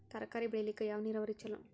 ತರಕಾರಿ ಬೆಳಿಲಿಕ್ಕ ಯಾವ ನೇರಾವರಿ ಛಲೋ?